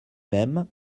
même